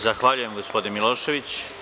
Zahvaljujem, gospodine Miloševiću.